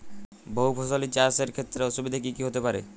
বহু ফসলী চাষ এর ক্ষেত্রে অসুবিধে কী কী হতে পারে?